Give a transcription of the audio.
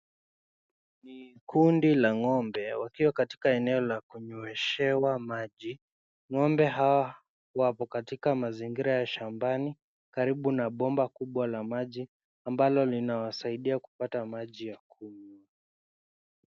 Ni kundi la ng'ombe wakiwa katika eneo la kunyweshewa maji. Ng'ombe hao wako katika mazingira ya shambani karibu na bomba kubwa la maji ambalo linawasaidia kupata maji ya kunywa.